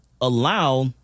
allow